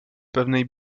pewnej